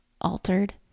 altered